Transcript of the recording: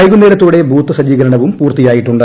വൈകുന്നേരത്തോടെ ബൂത്ത് സജ്ജീകരണവും പൂർത്തിയായിട്ടുണ്ട്